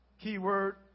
keyword